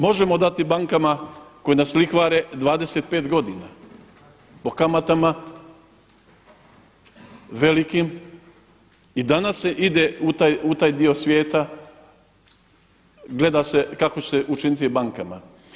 Možemo dati bankama koje nas lihvare 25 godina po kamatama velikim i danas se ide u taj dio svijeta, gleda se kako će se učiniti bankama.